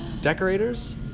decorators